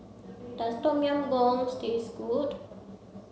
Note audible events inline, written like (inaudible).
does Tom Yam Goong (unintelligible) taste good